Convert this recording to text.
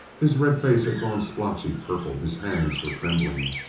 his red face had gone splotchy purple his hands were trembling.